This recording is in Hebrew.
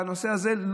בנושא הזה,